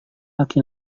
laki